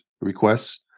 requests